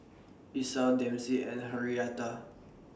Esau Dempsey and Henrietta